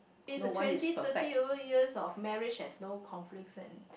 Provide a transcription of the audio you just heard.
in the twenty thirty over years of marriage there's no conflicts and